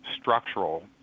structural